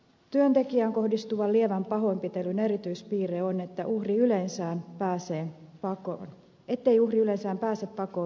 työntekijään kohdistuvan lievän pahoinpitelyn erityispiirre on että uhri yleensähän pääsee pakoon ettei uhri yleensä pääse pakoon väkivaltatilanteesta